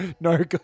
no